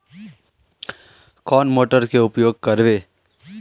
कौन मोटर के उपयोग करवे?